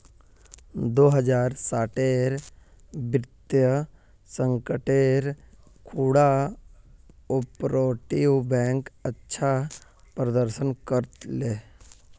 दो हज़ार साटेर वित्तीय संकटेर खुणा कोआपरेटिव बैंक अच्छा प्रदर्शन कर ले